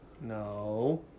No